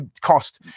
cost